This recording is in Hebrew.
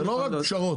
זה לא רק פשרות.